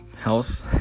health